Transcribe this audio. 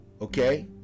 Okay